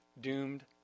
doomed